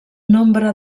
nombre